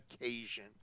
occasion